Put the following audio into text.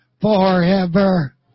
forever